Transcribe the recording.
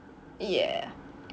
yeah